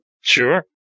Sure